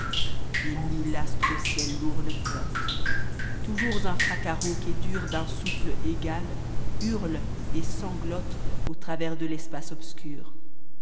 nui astre au ciel lourd ne ilotte toujours un fracas rauque et dur d'un soune égal hurle et sanglote a u travers de fespace obscur